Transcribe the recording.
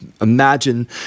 imagine